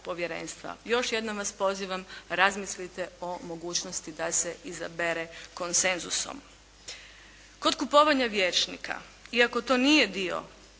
Još jednom vas pozivam, razmislite o mogućnosti da se izabere konsenzusom. Kod kupovanja vijećnika. Iako to nije dio